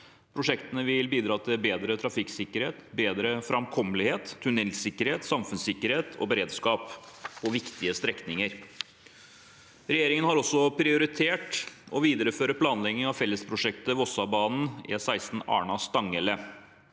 Prosjektene vil bidra til bedre trafikksikkerhet, bedre framkommelighet, tunnelsikkerhet, samfunnssikkerhet og beredskap på viktige strekninger. Regjeringen har også prioritert å videreføre planleggingen av fellesprosjektet Vossebanen og E16 Arna– Stanghelle.